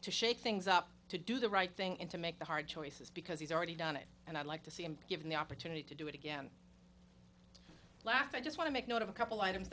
to shake things up to do the right thing and to make the hard choices because he's already done it and i'd like to see him given the opportunity to do it again laughs i just want to make note of a couple items